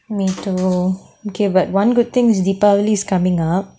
me too but okay one good things deepavali is coming up